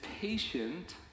patient